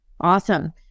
Awesome